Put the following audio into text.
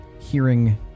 hearing